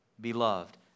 beloved